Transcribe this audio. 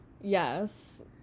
yes